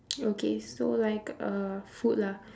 okay so like uh food lah